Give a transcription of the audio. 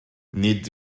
nid